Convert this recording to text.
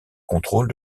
contrôle